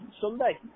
Sunday